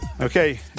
Okay